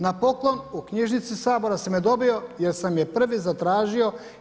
Na poklon u knjižnici Sabora sam je dobio jer sam je prvi zatražio.